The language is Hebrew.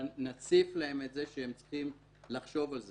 נציף להם את זה שהם צריכים לחשוב על זה,